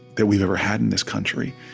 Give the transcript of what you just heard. that we've ever had in this country,